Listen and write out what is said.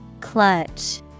Clutch